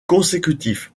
consécutif